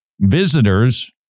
Visitors